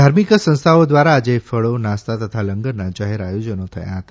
ધાર્મિક સંસ્થાઓ દ્વારા આજે ફળો નાસ્તા તથા લંગરનાં જાહેર આયોજનો થયા હતા